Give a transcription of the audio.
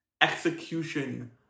execution